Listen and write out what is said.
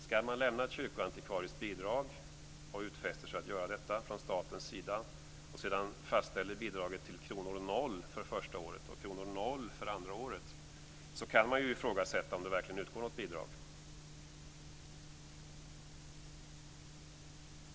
Skall man lämna ett kyrkoantikvariskt bidrag och utfäster sig att göra detta från statens sida, och sedan fastställer bidraget till 0 kr för första året och 0 kr för andra året, kan man ju ifrågasätta om det verkligen utgår något bidrag.